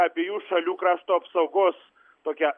abiejų šalių krašto apsaugos tokia